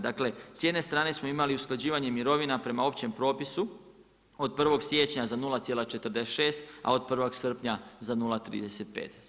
Dakle s jedne strane smo imali usklađivanje mirovina prema općem propisu od 1. siječnja za 0,46 a od 1. srpnja za 0,35.